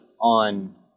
on